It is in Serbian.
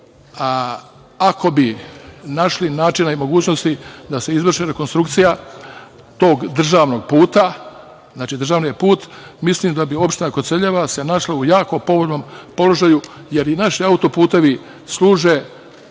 ako bi našli načina i mogućnosti da se izvrši rekonstrukcija tog državnog puta, mislim da bi se opština Koceljeva našla u jako povoljnom položaju, jer i naši auto-putevi služe